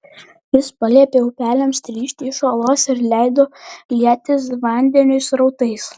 jis paliepė upeliams trykšti iš uolos ir leido lietis vandeniui srautais